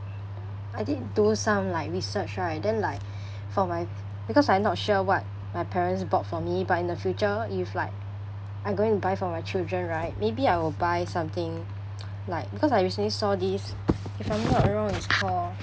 I did do some like research right and then like for my because I'm not sure what my parents bought for me but in the future if like I'm going buy for my children right maybe I will buy something like because I recently saw this if I'm not wrong it's called